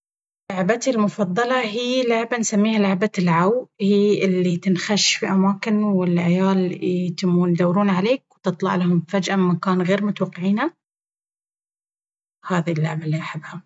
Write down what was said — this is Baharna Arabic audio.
لعبتي المفضلة هي لعبة نسميها لعبة العوو.. هي اللي تنخش في أماكن والعيال يتمون يدورون عليك وتطلع لهم فجأة من مكان غير متوقعينه!!! هذي اللعبة اللي أحبها.